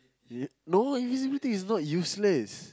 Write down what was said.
is it no invisibility is not useless